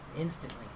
instantly